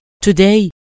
Today